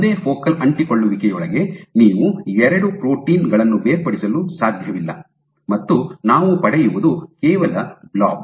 ಒಂದೇ ಫೋಕಲ್ ಅಂಟಿಕೊಳ್ಳುವಿಕೆಯೊಳಗೆ ನೀವು ಎರಡು ಪ್ರೋಟೀನ್ ಗಳನ್ನು ಬೇರ್ಪಡಿಸಲು ಸಾಧ್ಯವಿಲ್ಲ ಮತ್ತು ನಾವು ಪಡೆಯುವುದು ಕೇವಲ ಬ್ಲಾಬ್